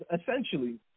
essentially